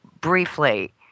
briefly